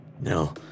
No